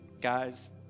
guys